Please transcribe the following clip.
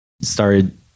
started